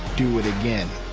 do it again.